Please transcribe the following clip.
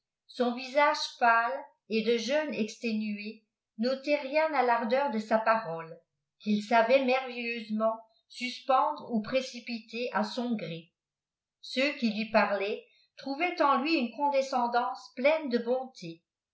son visage pâle et de jeûnes ei ténue n ôtaient riep a l'ardcnr de sa parole qu'il savait marveiliensement suspendre ou précipiter a son jré ceui qui lui parlaient trouvâient en lui une condescendance pleine de bonté